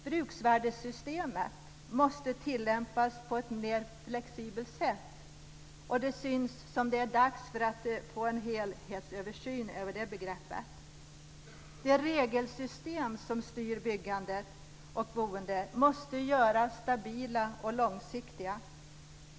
Bruksvärdessystemet måste tillämpas på ett mer flexibelt sätt - och det syns som om det är dags för en helhetsöversyn av det begreppet. De regelsystem som styr byggande och boende måste göras stabila och långsiktiga.